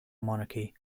monarchy